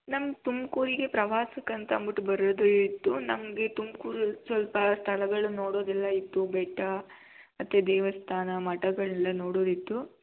ನಮ್ಗೆ ತುಮಕೂರಿಗೆ ಪ್ರವಾಸಕ್ಕೆ ಅಂತ ಅಂದ್ಬಿಟ್ಟು ಬರೋದು ಇತ್ತು ನಮಗೆ ತುಮ್ಕೂರಲ್ಲಿ ಸ್ವಲ್ಪ ಸ್ಥಳಗಳು ನೋಡೋದೆಲ್ಲ ಇತ್ತು ಬೆಟ್ಟ ಮತ್ತು ದೇವಸ್ಥಾನ ಮಠಗಳನ್ನೆಲ್ಲ ನೋಡೋದಿತ್ತು